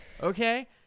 okay